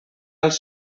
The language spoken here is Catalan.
els